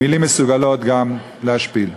מילים מסוגלות גם להשפיל.